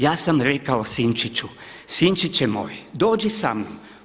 Ja sam rekao: Sinčiću, sinčiće moj, dođi sa mnom.